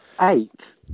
Eight